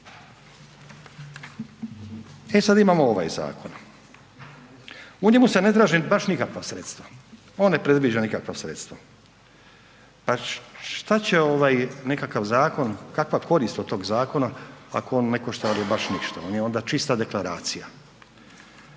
E sada imamo ovaj zakon, u njemu se ne traže baš nikakva sredstva, on ne predviđa nikakva sredstva. Pa šta će nekakav zakon, kakva korist od tog zakona ako on ne košta ama baš ništa, on je onda čista deklaracija?